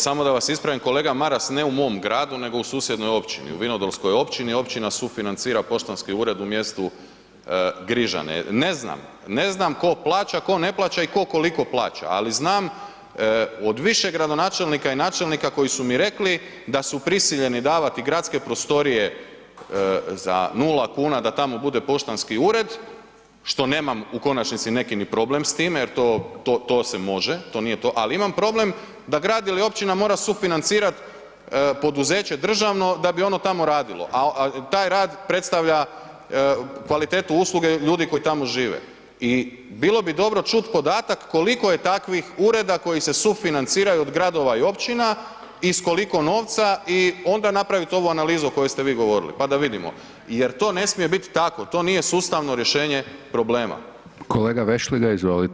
Samo da vas ispravim, kolega Maras, ne u mom gradu, nego u susjednoj općini, u vinodolskoj općini, općina sufinancira poštanski ured u mjestu Grižane, ne znam, ne znam tko plaća i tko ne plaća i tko koliko plaća, ali znam od više gradonačelnika i načelnika koji su mi rekli da su prisiljeni davati gradske prostorije za 0,00 kn da tamo bude poštanski ured, što nemam u konačnici neki ni problem s time jer to, to, to se može, to nije to, al imam problem da grad ili općina mora sufinancirat poduzeće državno da bi ono tamo radilo, a taj rad predstavlja kvalitetu usluge ljudi koji tamo žive i bilo bi dobro čut podatak koliko je takvih ureda koji se sufinanciraju od gradova i općina i s koliko novca i onda napravit ovu analizu o kojoj ste vi govorili, pa da vidimo jer to ne smije bit tako, to nije sustavno rješenje problema.